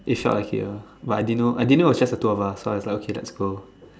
it's like it lah but I didn't know I didn't know is just the two of us so I was like okay let's go